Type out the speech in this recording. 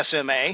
SMA